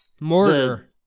mortar